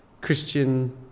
Christian